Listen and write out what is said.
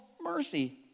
mercy